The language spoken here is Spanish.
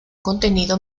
contenido